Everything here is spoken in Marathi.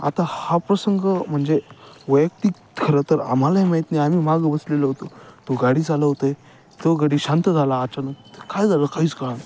आता हा प्रसंग म्हणजे वैयक्तिक खरं तर आम्हालाही माहीत नाही आम्ही माग बघसले होतो जो गाडी चालवते तो गडी शांत झाला अचानक काय झालं काहीच काळ नां